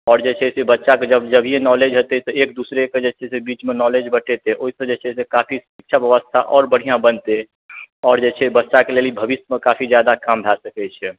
आओर जे छै से बच्चा के जब जभिये नॉलेज हेतै तऽ एक दोसरा के जे छै से बीच मे नॉलेज बटेतै ओहि सऽ जे छै से काफी शिक्षा व्यवस्था आओर बढिआँ बनतै आओर जे छै बच्चा के लेल ई भविष्य मे काफी जादा काम भए सकै छै